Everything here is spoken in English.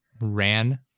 ran